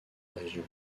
région